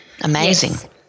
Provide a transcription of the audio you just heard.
amazing